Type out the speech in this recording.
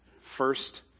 first